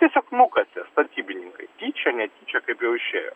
tiesiog nukasė statybininkai tyčia netyčia kaip jau išėjo